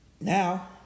Now